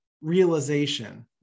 realization